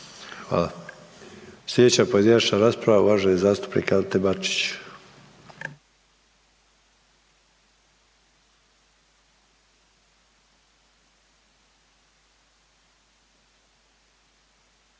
Hvala. Slijedeća pojedinačna rasprava uvaženi zastupnik Ante Bačić.